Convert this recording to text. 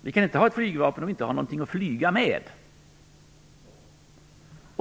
Vi kan inte ha ett flygvapen om vi inte har något att flyga med.